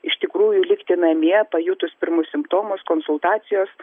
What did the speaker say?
iš tikrųjų likti namie pajutus pirmus simptomus konsultacijos